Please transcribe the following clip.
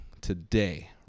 today